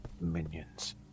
Minions